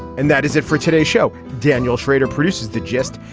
and that is it for today show. daniel schrader produces the gist.